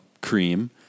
cream